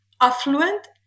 affluent